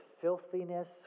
filthiness